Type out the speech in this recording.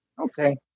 okay